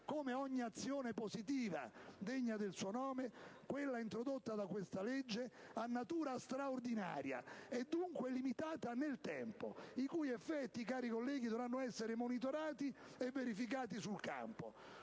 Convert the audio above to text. Come ogni azione positiva degna del suo nome, quella introdotta da questa legge ha natura straordinaria e dunque limitata nel tempo, e i suoi effetti, cari colleghi, dovranno essere monitorati e verificati sul campo.